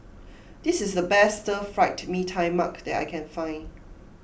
this is the best Stir Fried Mee Tai Mak that I can find